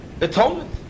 atonement